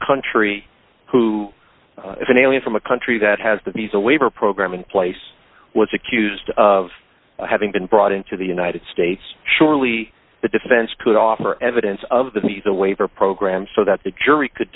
country who is an alien from a country that has the visa waiver program in place was accused of having been brought into the united states surely the defense could offer evidence of the visa waiver program so that the jury could